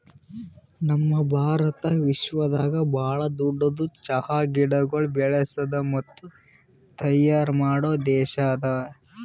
ನಮ್ ಭಾರತ ವಿಶ್ವದಾಗ್ ಭಾಳ ದೊಡ್ಡುದ್ ಚಹಾ ಗಿಡಗೊಳ್ ಬೆಳಸದ್ ಮತ್ತ ತೈಯಾರ್ ಮಾಡೋ ದೇಶ ಅದಾ